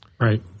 Right